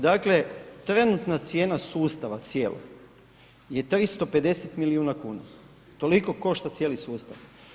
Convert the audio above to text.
Dakle, trenutna cijena sustava cijelog je 350 milijuna kuna, toliko košta cijeli sustav.